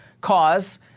cause